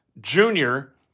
junior